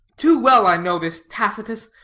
too well i know this tacitus.